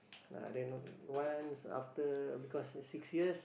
uh then once after because of six years